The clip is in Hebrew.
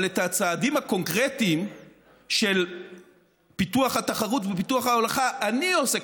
אבל את הצעדים הקונקרטיים של פיתוח התחרות ופיתוח ההולכה אני עושה,